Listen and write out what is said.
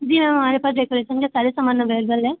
जी ma'am हमारे पास decoration के सारे सामान अवेलबल है